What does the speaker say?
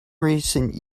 recent